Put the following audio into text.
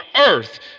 earth